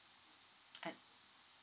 uh